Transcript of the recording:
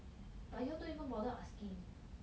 but you all don't ever bother asking